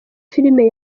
film